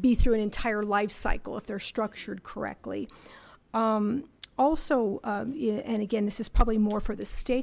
be through an entire life cycle if they're structured correctly also and again this is probably more for the sta